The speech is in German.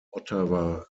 ottawa